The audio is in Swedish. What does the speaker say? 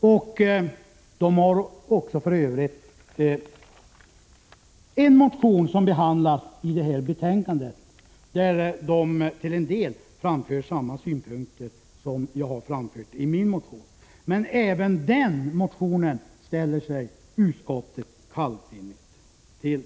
deltog. De har för övrigt väckt en motion som behandlas i detta betänkande, i vilken de till en del framför samma synpunkter som jag framfört i min motion. Men även den motionen ställer sig utskottet helt kallsinnigt till.